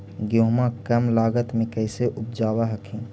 गेहुमा कम लागत मे कैसे उपजाब हखिन?